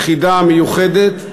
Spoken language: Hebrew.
יחידה ומיוחדת,